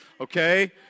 okay